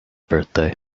birthday